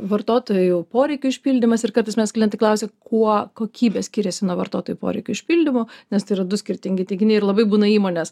vartotojų jau poreikių išpildymas ir kartais manęs klientai klausia kuo kokybė skiriasi nuo vartotojų poreikių išpildymo nes tai yra du skirtingi teiginiai ir labai būna įmonės